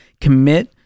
Commit